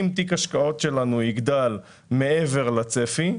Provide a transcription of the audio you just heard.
אם תיק השקעות שלנו יגדל מעבר לצפי,